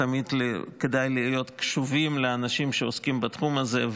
תמיד כדאי להיות קשובים לאנשים שעוסקים בתחום הזה.